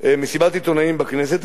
מסיבת עיתונאים בכנסת,